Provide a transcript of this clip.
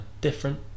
different